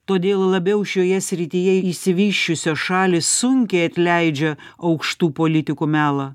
todėl labiau šioje srityje išsivysčiusios šalys sunkiai atleidžia aukštų politikų melą